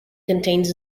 contains